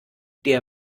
der